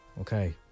Okay